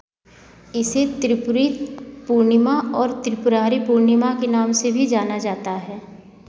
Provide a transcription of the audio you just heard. इसे त्रिपुरी पूर्णिमा और त्रिपुरारी पूर्णिमा के नाम से भी जाना जाता है